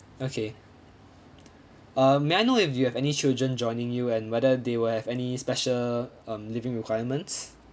okay uh may I know if you have any children joining you and whether they will have any special um living requirements